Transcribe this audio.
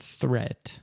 threat